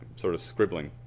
sort of scribbling.